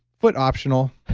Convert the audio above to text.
foot optional.